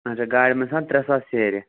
اَچھا گاڑِ منٛز چھِ آسان ترٛےٚ ساس سیرِ